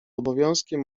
obowiązkiem